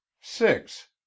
Six